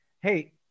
Hey